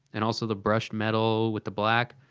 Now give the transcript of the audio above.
and also the brushed metal with the black,